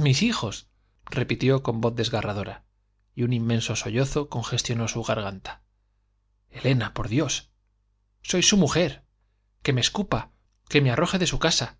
mis hijos repitió con voz desgarradora y un inmenso sollozo congestionó su garganta j elena por dios j soy su mujer j que me escupa que me arroje de casa